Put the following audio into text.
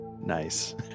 nice